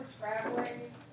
traveling